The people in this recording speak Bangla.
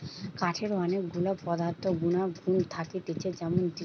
কাঠের অনেক গুলা পদার্থ গুনাগুন থাকতিছে যেমন দৃঢ়তা